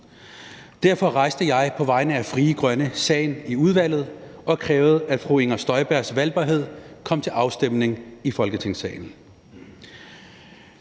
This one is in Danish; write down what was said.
Derfor rejste jeg på vegne af Frie Grønne sagen i udvalget og krævede, at fru Inger Støjbergs valgbarhed kom til afstemning i Folketingssalen.